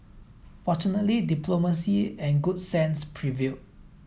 fortunately diplomacy and good sense prevailed